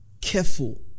careful